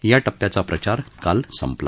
या टप्प्याचा प्रचार काल संपला